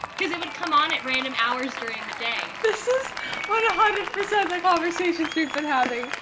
cause it would come on at random hours during the day. this is one hundred percent the conversations we've been having.